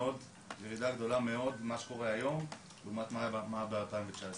יש ירידה גדולה מאוד ממה שקורה היום לעומת מה שהיה ב-2019.